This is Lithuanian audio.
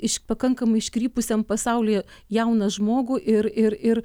iš pakankamai iškrypusiam pasaulyje jauną žmogų ir ir ir